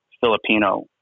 Filipino